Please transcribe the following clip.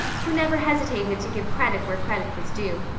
who never hesitated to give credit where credit was due.